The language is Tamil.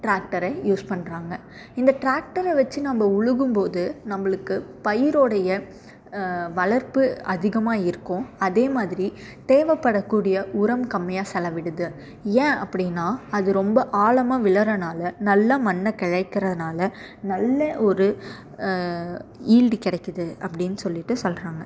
டிராக்டரை யூஸ் பண்ணுறாங்க இந்த டிராக்டரை வச்சு நம்ம உழுகும் போது நம்மளுக்கு பயிரோடைய வளர்ப்பு அதிகமாக இருக்கும் அதே மாதிரி தேவைப்படக்கூடிய உரம் கம்மியாக செலவிடுது ஏன் அப்படின்னா அது ரொம்ப ஆழமாக விழறதுனால நல்லா மண்ணை கிழைக்கிறதுனால நல்ல ஒரு ஈல்டு கிடைக்கிது அப்படின்னு சொல்லிகிட்டு சொல்கிறாங்க